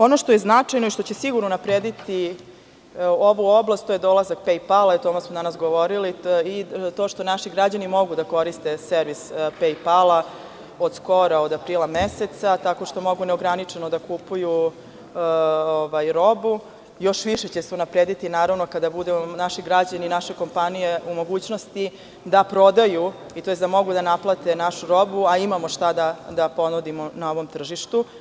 Ono što je značajno i što sigurno unaprediti ovu oblast, to je dolazak „Pejpala“, o tome su danas govorili, to što naši građani mogu da koriste servis „Pejpala“ od skora, od aprila meseca, tako što mogu neograničeno da kupuju robu, još više će se unaprediti naravno kada budu naši građani i naše kompanije u mogućnosti da prodaju i tj. da mogu da naplate našu robu, a imamo šta da ponudimo na ovom tržištu.